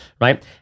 right